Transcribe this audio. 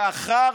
לאחר